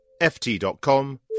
FT.com